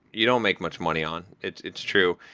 you don't make much money on. it's it's true,